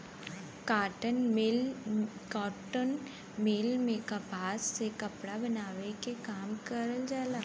cotton mill में कपास से कपड़ा बनावे के काम करल जाला